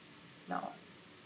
now